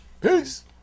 Peace